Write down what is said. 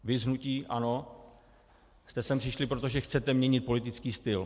Viz hnutí ANO jste sem přišli, protože chcete měnit politický styl.